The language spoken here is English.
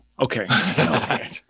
Okay